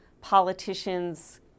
politicians